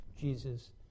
Jesus